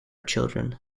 children